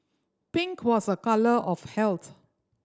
pink was a colour of health